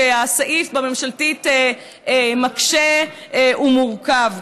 שהסעיף בממשלתית מקשה ומורכב.